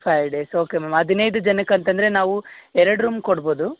five days okay ma'am ಹದಿನೈದ್ ಜನಕ್ಕೆ ಅಂತಂದರೆ ನಾವು ಎರಡು ರೂಮ್ ಕೊಡ್ಬೋದು